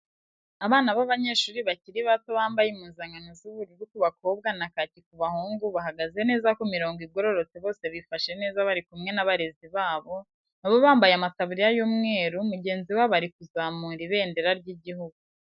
Abana b'abanyeshuri bakiri bato bambaye impuzankano z'ubururu ku bakobwa na kaki ku bahungu bahagaze neza ku mirongo igororotse bose bifashe neza bari kumwe n'abarezi babo nabo bambaye amataburiya y'umweru mugenzi wabo ari kuzamura ibendera ry'igihugu.